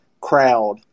crowd